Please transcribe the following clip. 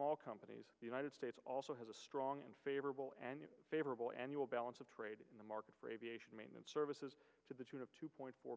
all companies the united states also has a strong and favorable and favorable annual balance of trade in the market for aviation maintenance services to the tune of two point four